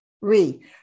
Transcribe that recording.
re